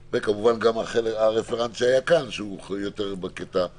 וכמובן גם עם הרפרנט שהיה כאן שעוסק יותר בקטע המשפטי.